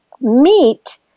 meat